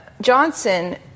Johnson